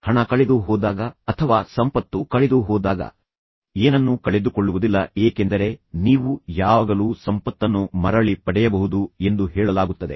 ಹಣ ಕಳೆದುಹೋದಾಗ ಅಥವಾ ಸಂಪತ್ತು ಕಳೆದುಹೋದಾಗ ಏನನ್ನೂ ಕಳೆದುಕೊಳ್ಳುವುದಿಲ್ಲ ಏಕೆಂದರೆ ನೀವು ಯಾವಾಗಲೂ ಸಂಪತ್ತನ್ನು ಮರಳಿ ಪಡೆಯಬಹುದು ಎಂದು ಹೇಳಲಾಗುತ್ತದೆ